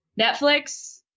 Netflix